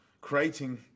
creating